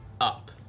up